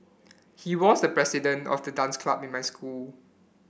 he was the president of the dance club in my school